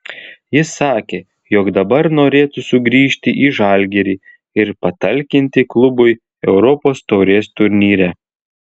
jis sakė jog dabar norėtų sugrįžti į žalgirį ir patalkinti klubui europos taurės turnyre